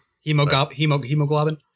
Hemoglobin